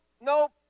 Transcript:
Nope